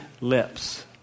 lips